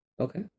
Okay